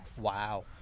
Wow